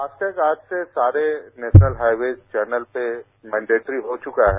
FASTag आज से सारे नेशनल हाइवेज चौनल पे मैंडेटरी हो चुका है